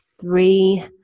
three